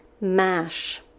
Mash